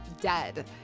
dead